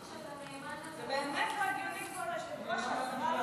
כשאתה נאמן, זה באמת לא הגיוני, כבוד היושב-ראש,